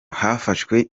hafashwe